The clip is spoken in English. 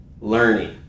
learning